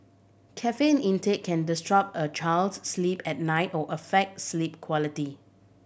caffeine intake can disrupt a child's sleep at night or affect sleep quality